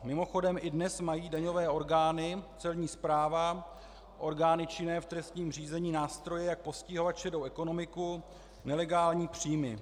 Mimochodem i dnes mají daňové orgány, celní správa, orgány činné v trestním řízení nástroje, jak postihovat šedou ekonomiku, nelegální příjmy.